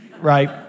right